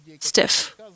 stiff